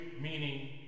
meaning